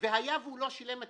אתה אומר לו שאם הוא לא משלם לו,